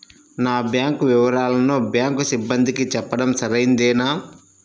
నా బ్యాంకు వివరాలను బ్యాంకు సిబ్బందికి చెప్పడం సరైందేనా?